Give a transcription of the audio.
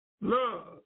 love